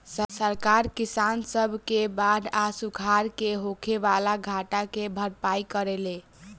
सरकार किसान सब के बाढ़ आ सुखाड़ से होखे वाला घाटा के भरपाई करेले